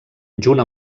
junt